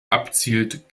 abzielt